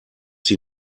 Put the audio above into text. sie